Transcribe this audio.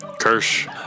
Kirsch